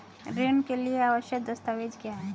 ऋण के लिए आवश्यक दस्तावेज क्या हैं?